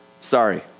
Sorry